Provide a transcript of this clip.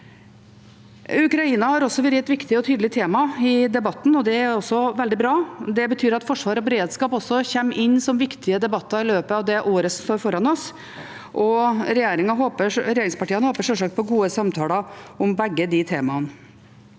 Ukraina har også vært et viktig og tydelig tema i debatten, det er veldig bra. Det betyr at forsvar og beredskap blir viktige temaer i debattene vi skal ha i løpet av året som står foran oss. Regjeringspartiene håper sjølsagt på gode samtaler om begge temaene.